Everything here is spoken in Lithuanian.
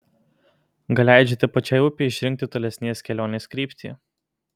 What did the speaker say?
gal leidžiate pačiai upei išrinkti tolesnės kelionės kryptį